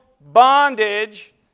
bondage